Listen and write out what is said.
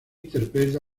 interpreta